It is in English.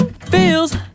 Feels